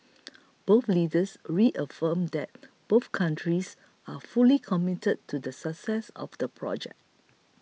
both leaders reaffirmed that both countries are fully committed to the success of the project